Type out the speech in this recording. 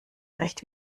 recht